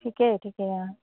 ঠিকে ঠিকে অঁ